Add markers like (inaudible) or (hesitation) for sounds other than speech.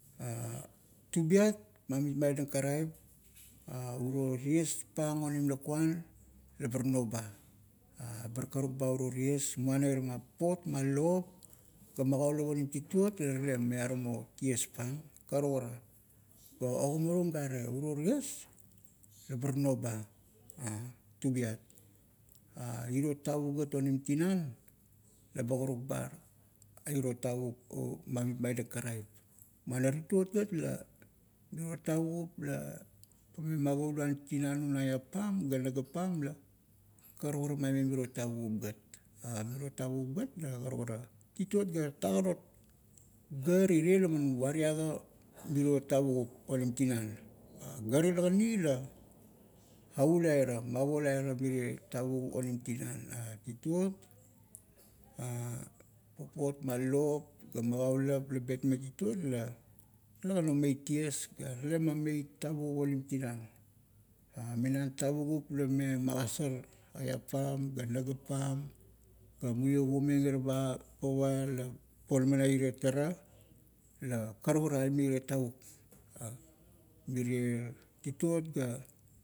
(hesitation) tubiat ma mitmaidang karaip, (hesitation) uro tiespang onim lakuan, labar noba. (hesitation) bar karuk ba o uro ties muana irama papot ma lop ga magaulap onim tituot la tale miaramo tiespang, karukara. Ga ogamarung gare, uro ties bar noba (hesitation) tubiat. (hesitation) iro tavuk gat onim tinan laba karuk ba iro tavuk ma mitmaidang karaip, muana tituot gat la, miro tavukup la me mavauluan tinan un eap pam ga nagap pam la karukara maime miro tavukup gat, miro tavukup gat la karukara. tituot ga tatak arot gar irie la uariaga miro tavukup onim tinan. Tituot ga tatak arot gar irie la uariaga miro tavukup onim tinan. Gar ilakani la aulaira, mavolaira marie tavukap onim tinan. Tituot (hesitation) papot ma lop, ga magaulup la betmeng tituot la, talegan omeit ties, ga tale mameit tavukup onim tinan minan tavukup la me magasar eap pam ga nagap pam ga muio puomeng irava. pava la ponama na irie tara, mirie tituot ga,